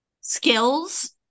skills